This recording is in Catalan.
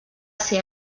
ser